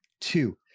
two